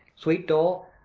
sweet dol,